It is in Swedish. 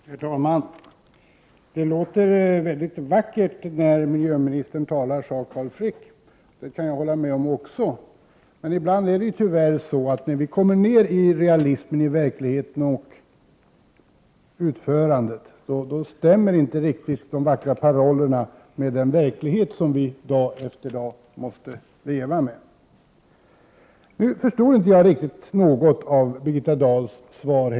Herr talman! Det låter mycket vackert när miljöministern talar, sade Carl Frick. Det kan också jag hålla med om. Men tyvärr stämmer inte alltid de vackra parollerna med den verklighet som vi lever i. Jag förstod inte riktigt en del av Birgitta Dahls svar.